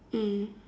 mm